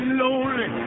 lonely